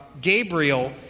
Gabriel